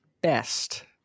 best